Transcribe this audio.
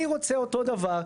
אני רוצה אותו דבר,